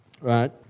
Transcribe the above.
right